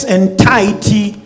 entirety